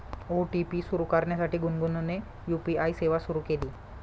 OTP सुरू करण्यासाठी गुनगुनने यू.पी.आय सेवा सुरू केली